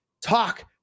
Talk